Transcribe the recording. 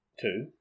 two